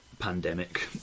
pandemic